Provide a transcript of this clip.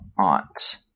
aunt